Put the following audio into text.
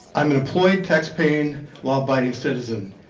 i'm an employed, tax-paying, law-abiding citizen